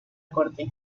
corte